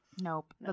Nope